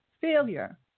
failure